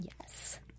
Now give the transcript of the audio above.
Yes